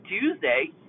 Tuesday